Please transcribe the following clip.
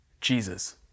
Jesus